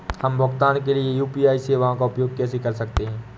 हम भुगतान के लिए यू.पी.आई सेवाओं का उपयोग कैसे कर सकते हैं?